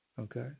Okay